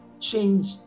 change